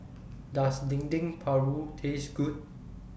Does Dendeng Paru Taste Good